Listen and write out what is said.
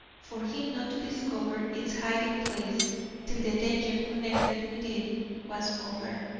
for him not to discover its hiding-place till the danger connected with it was over.